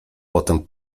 potem